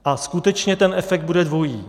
A skutečně ten efekt bude dvojí.